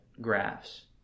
graphs